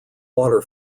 water